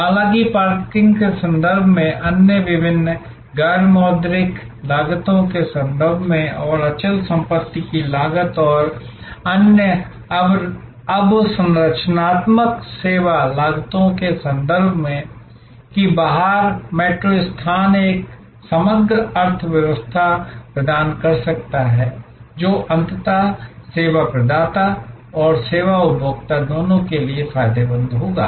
हालांकि पार्किंग के संदर्भ में अन्य विभिन्न गैर मौद्रिक लागतों के संदर्भ में और अचल संपत्ति की लागत और अन्य अवसंरचनात्मक सेवा लागतों के संदर्भ में कि बाहर मेट्रो स्थान एक समग्र अर्थव्यवस्था प्रदान कर सकता है जो अंततः सेवा प्रदाता और सेवा उपभोक्ता दोनों के लिए फायदेमंद होगा